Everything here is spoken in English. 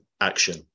action